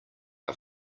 are